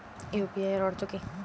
UPI এর অর্থ কি?